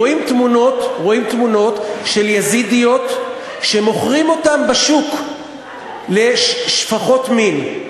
רואים תמונות של יזידיות שמוכרים אותן בשוק לשפחות מין.